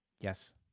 Yes